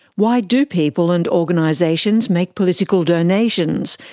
why do people and organisations make political donations?